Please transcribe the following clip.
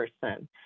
person